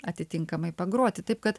atitinkamai pagroti taip kad